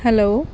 hello